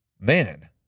man